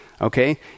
okay